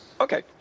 Okay